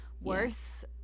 worse